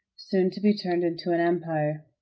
soon to be turned into an empire.